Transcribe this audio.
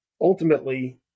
ultimately